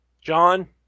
John